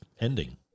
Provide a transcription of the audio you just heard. ending